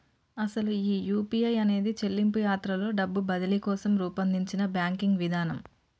అసలు ఈ యూ.పీ.ఐ అనేది చెల్లింపు యాత్రలో డబ్బు బదిలీ కోసం రూపొందించిన బ్యాంకింగ్ విధానం